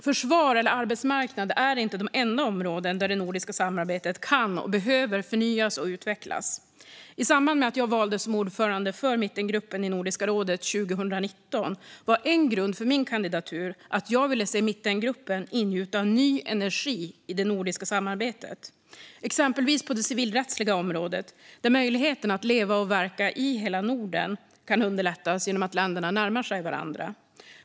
Försvar eller arbetsmarknad är inte de enda områden där det nordiska samarbetet kan och behöver förnyas och utvecklas. I samband med att jag valdes som ordförande för Mittengruppen i Nordiska rådet 2019 var en grund för min kandidatur att jag ville se Mittengruppen ingjuta ny energi i det nordiska samarbetet, exempelvis på det civilrättsliga området där möjligheten att leva och verka i hela Norden kan underlättas genom att länderna närmar sig varandra.